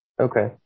Okay